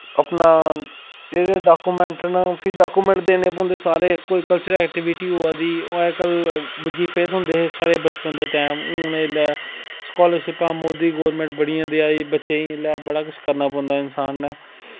अपना जेह्ड़े डाकूमैंट न फिर डाकूमैंट देने पौंदे सारे कोई कल्चर ऐक्टिविटी होआ दी ओह्अज कल बजीफे थ्होंदे हे साढ़े बचपन दे टैम हून इसलै स्कॉलर्शिपां मोदी गौरमैंट बड़ियां देआ दी बच्चेंई इसलै बड़ा किश करना पौंदा इंसान नै